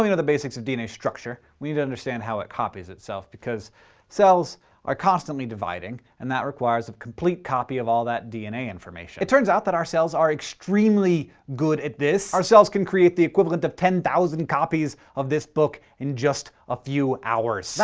you know the basics of dna's structure, we need to understand how it copies itself, because cells are constantly dividing, and that requires a complete copy of all that dna information. it turns out that our cells are extremely good at this our cells can create the equivalent of ten, zero copies of this book in just a few hours. that,